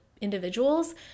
individuals